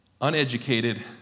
uneducated